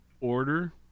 order